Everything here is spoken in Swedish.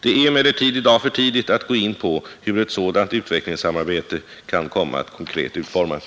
Det är emellertid i dag för tidigt att gå in på hur ett sådant utvecklingssamarbete kan komma att konkret utformas.